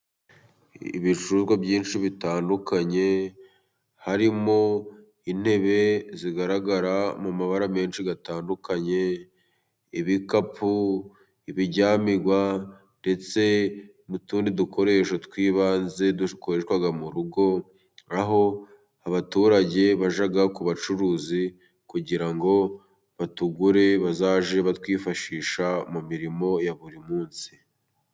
Ibicuruzwa byinshi bitandukanye, harimo intebe zigaragara mu mabara menshi atandukanye, ibikapu biryamirwa ndetse n'utundi dukoresho tw'ibanze, dukoreshwa mu rugo aho abaturage bajya ku bacuruzi, kugira ngo batugure bazajye batwifashisha mu mirimo ya buri munsi.